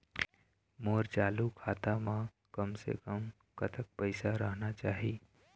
मोर चालू खाता म कम से कम कतक पैसा रहना चाही?